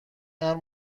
امر